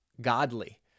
godly